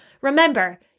Remember